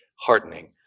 hardening